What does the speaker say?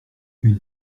une